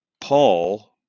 Paul